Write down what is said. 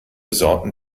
sorten